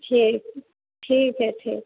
ठीक ठीक है ठीक